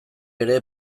ere